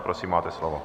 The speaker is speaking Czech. Prosím, máte slovo.